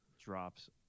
drops